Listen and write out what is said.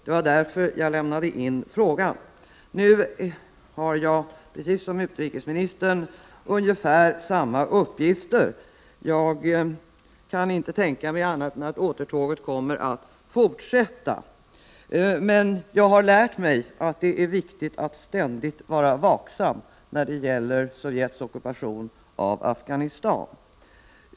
Det var därför jag lämnade in frågan. Nu har jag och utrikesministern ungefär samma uppgifter, och jag kan inte tänka mig annat än att återtåget kommer att fortsätta. Men jag har lärt mig att det är viktigt att ständigt vara vaksam när det gäller Sovjets ockupation av Afghanistan.